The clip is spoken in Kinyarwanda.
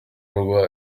urubuga